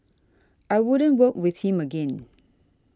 I wouldn't work with him again